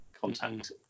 contact